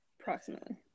approximately